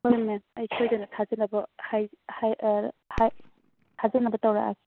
ꯍꯣꯏ ꯃꯦꯝ ꯑꯩ ꯁꯣꯏꯗꯅ ꯊꯥꯖꯅꯕ ꯊꯥꯖꯅꯕ ꯇꯧꯔꯛꯂꯒꯦ